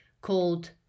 called